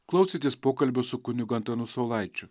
klausėtės pokalbio su kunigu antanu saulaičiu